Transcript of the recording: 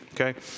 okay